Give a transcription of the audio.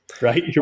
right